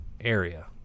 area